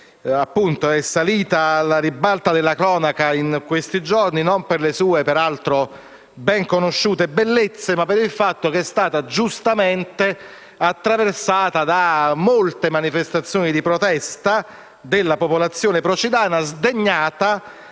è salita alla ribalta della cronaca negli ultimi giorni non per le sue, peraltro, ben conosciute bellezze, ma per il fatto che è stata giustamente attraversata da molte manifestazioni di protesta della popolazione procidana, sdegnata,